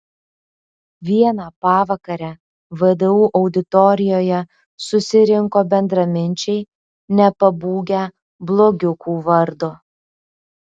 vieną pavakarę vdu auditorijoje susirinko bendraminčiai nepabūgę blogiukų vardo